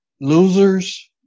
losers